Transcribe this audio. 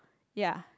ya